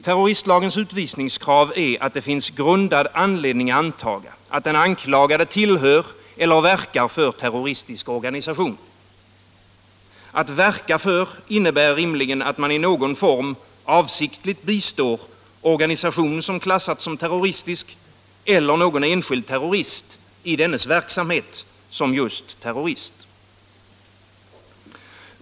Terroristlagens utvisningskrav är att det finns grundad anledning antaga att den anklagade tillhör eller verkar för terroristisk organisation. Att verka för innebär rimligen att man i någon form avsiktligt bistår organisation som klassats som terroristisk, eller någon enskild terrorist i dennes verksamhet just som terrorist.